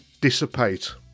dissipate